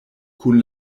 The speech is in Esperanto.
kun